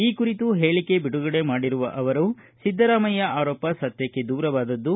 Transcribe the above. ಈ ಕುರಿತು ಹೇಳಿಕೆ ಬಿಡುಗಡೆ ಮಾಡಿರುವ ಅವರು ಸಿದ್ದರಾಮಯ್ಯ ಆರೋಪ ಸತ್ಯಕ್ಕೆ ದೂರವಾದದ್ದು